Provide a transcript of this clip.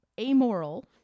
amoral